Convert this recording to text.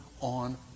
on